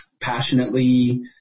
passionately